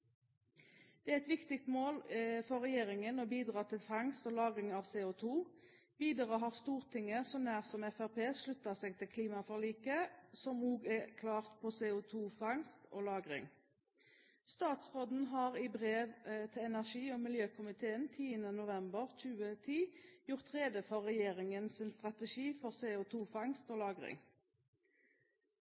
Det er et viktig mål for regjeringen å bidra til fangst og lagring av CO2. Videre har Stortinget, så nær som Fremskrittspartiet, sluttet seg til klimaforliket, som også er klart på CO2-fangst og -lagring. Statsråden har i brev til energi- og miljøkomiteen 10. november 2010 gjort rede for regjeringens strategi for CO2-fangst og